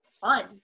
fun